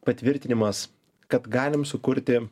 patvirtinimas kad galim sukurti